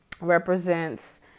represents